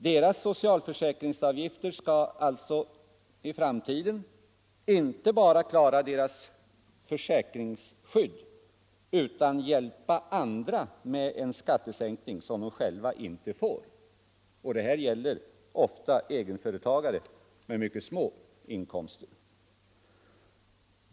Deras socialförsäkringsavgifter skall alltså i framtiden inte bara klara deras försäkringsskydd utan även hjälpa andra med en skattesänkning som egenföretagarna själva inte får. Det gäller ofta egenföretagare med mycket små inkomster.